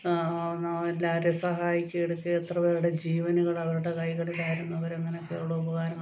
എല്ലാവരെയും സഹായിക്കുകയും എടുക്കുകയും എത്ര പേരുടെ ജീവനുകൾ അവരുടെ കൈകളിലായിരുന്നു അവരങ്ങനെ ഒക്കെയുള്ള ഉപകാരങ്ങളൊക്കെ